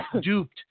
Duped